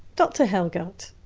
dr hellgardt.